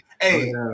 hey